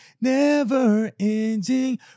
never-ending